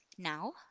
Now